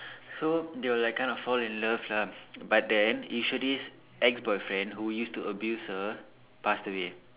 so they would like kind of fall in love lah but then Eswari's ex boyfriend who used to abuse her passed away